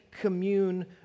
commune